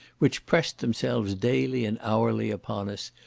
which pressed themselves daily and hourly upon us,